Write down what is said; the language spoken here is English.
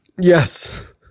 Yes